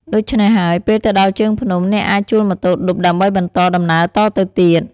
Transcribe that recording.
ដូច្នេះហើយ ពេលទៅដល់ជើងភ្នំ អ្នកអាចជួលម៉ូតូឌុបដើម្បីបន្តដំណើរតទៅទៀត។